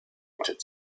wanted